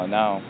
now